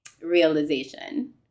realization